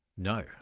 no